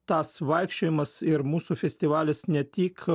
tas vaikščiojimas ir mūsų festivalis ne tik